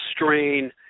strain